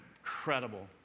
incredible